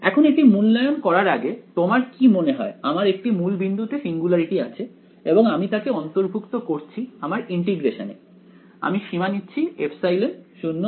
এখন এটি মূল্যায়ন করার আগে তোমার কি মনে হয় আমার একটি মূল বিন্দুতে সিঙ্গুলারিটি আছে এবং আমি তাকে অন্তর্ভুক্ত করছি আমার ইন্টিগ্রেশন এ আমি সীমা নিচ্ছি ε → 0